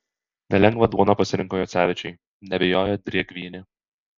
nelengvą duoną pasirinko jocevičiai neabejoja drėgvienė